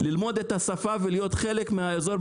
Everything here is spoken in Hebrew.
ללמוד את השפה ולהיות חלק מהאזור,